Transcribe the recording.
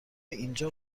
اینجا